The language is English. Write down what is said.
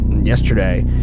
yesterday